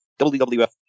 WWF